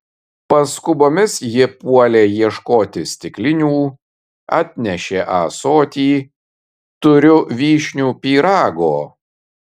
paskubomis ji puolė ieškoti stiklinių atnešė ąsotį turiu vyšnių pyrago